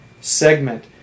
segment